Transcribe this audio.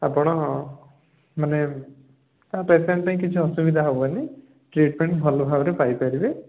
ଆପଣ ମାନେ ପେସେଣ୍ଟ୍ ପାଇଁ କିଛି ଅସୁବିଧା ହେବନି ଟ୍ରିଟମେଣ୍ଟ୍ ଭଲ ଭାବରେ ପାଇ ପାରିବେ